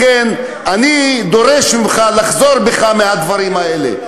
לכן אני דורש ממך לחזור בך מהדברים האלה.